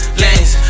lanes